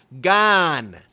gone